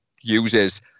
uses